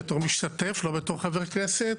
בתור משתתף, לא בתור חבר כנסת.